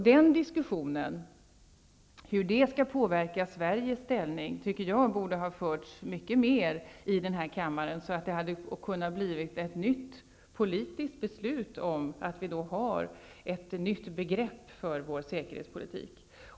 Diskussionen om hur detta skall påverka Sveriges ställning tycker jag borde ha förts mycket mer i den här kammaren, så att det hade kunnat bli ett nytt politiskt beslut om att vi har ett nytt begrepp för vår säkerhetspolitik.